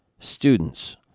Students